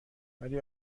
ولی